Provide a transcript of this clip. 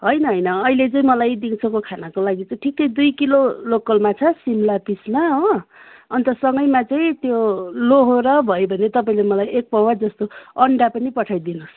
होइन होइन अहिले चाहिँ मलाई दिउँसोको खानाको लागि चाहिँ ठिकै दुई किलो लोकल माछा सिमला पिसमा हो अन्त सँगैमा चाहिँ त्यो लोहोरो भयो भने तपाईँले मलाई एक पावा जस्तो अन्डा पनि पठाइदिनु होस्